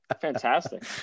Fantastic